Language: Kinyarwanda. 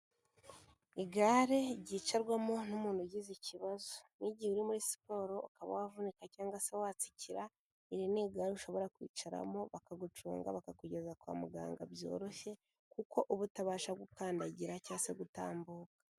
Igare ryicarwamo n'umuntu ugize ikibazo, nk'igihe uri muri siporo ukaba wavunika cyangwa se watsikira. Iri ni igare ushobora kwicaramo bakagucunga bakakugeza kwa muganga byoroshye, kuko uba utabasha gukandagira cyangwa se gutambuka.